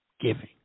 giving